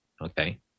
Okay